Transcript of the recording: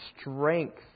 strength